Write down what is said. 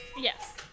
Yes